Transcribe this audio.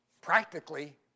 practically